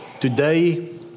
today